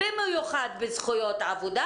במיוחד בזכויות עבודה.